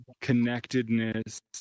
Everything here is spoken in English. connectedness